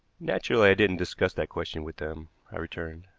naturally, i didn't discuss that question with them, i returned.